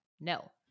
No